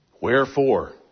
Wherefore